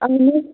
اہن حظ